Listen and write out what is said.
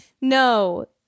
no